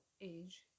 age